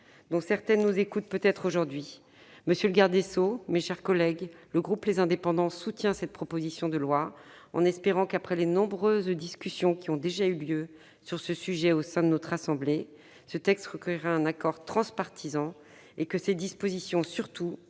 dont certaines nous écoutent peut-être aujourd'hui. Monsieur le garde des sceaux, mes chers collègues, le groupe Les Indépendants soutient cette proposition de loi, en espérant que, après les nombreuses discussions qui ont déjà eu lieu sur ce sujet au sein de notre assemblée, ce texte recueillera un accord transpartisan et que, surtout,